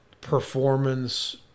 performance